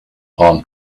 palm